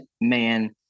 man